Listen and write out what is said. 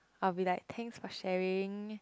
I'll be like thanks for sharing